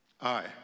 Aye